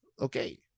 okay